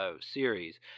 series